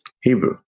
Hebrew